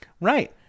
Right